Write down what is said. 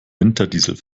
winterdiesel